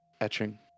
etching